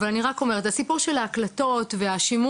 אבל אני רק אומרת הסיפור של ההקלטות והשימור